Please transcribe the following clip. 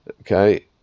okay